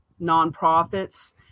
nonprofits